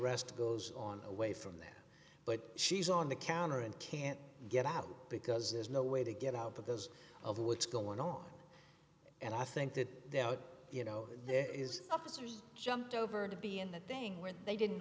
rest goes on away from there but she's on the counter and can't get out because there's no way to get out because of what's going on and i think that you know there is officers jumped over to be in that thing where they didn't